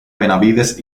benavides